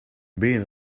being